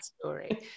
story